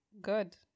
good